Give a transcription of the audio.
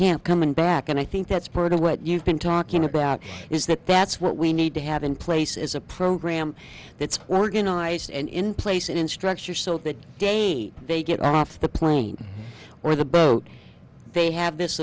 camp coming back and i think that's part of what you've been talking about is that that's what we need to have in place is a program that we're going on ice and in place in structure so that they they get off the plane or the boat they have this